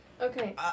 Okay